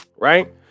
right